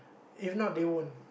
if not they wouldn't